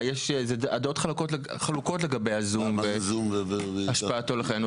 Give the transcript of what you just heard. דעות חלוקות לגבי ה-זום והשפעתו על חיינו.